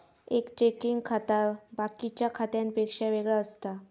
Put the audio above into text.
एक चेकिंग खाता बाकिच्या खात्यांपेक्षा वेगळा असता